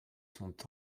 sont